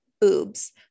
boobs